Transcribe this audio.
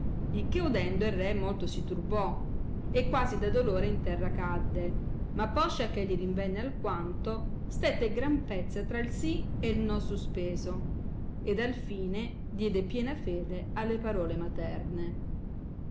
il che udendo il re molto si turbò e quasi da dolore in terra cadde ma poscia eh egli rinvenne alquanto stette gran pezza tra il sì e no suspeso ed al fine diede piena fede alle parole materne